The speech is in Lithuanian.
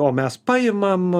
o mes paimam